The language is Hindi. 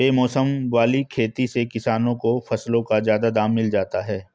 बेमौसम वाली खेती से किसानों को फसलों का ज्यादा दाम मिल जाता है